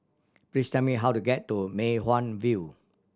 please tell me how to get to Mei Hwan View